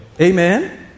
Amen